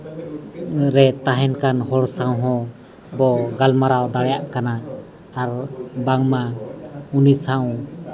ᱨᱮ ᱛᱟᱦᱮᱱ ᱠᱟᱱ ᱦᱚᱲ ᱥᱟᱶ ᱦᱚᱸ ᱵᱚ ᱜᱟᱞᱢᱟᱨᱟᱣ ᱫᱟᱲᱮᱭᱟᱜ ᱠᱟᱱᱟ ᱟᱨ ᱵᱟᱝᱢᱟ ᱩᱱᱤ ᱥᱟᱶ